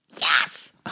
Yes